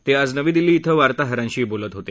ते आज नवी दिल्ली धिं वार्ताहरांशी बोलत होते